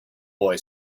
boy